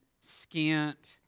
scant